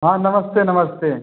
हाँ नमस्ते नमस्ते